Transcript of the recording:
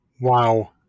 Wow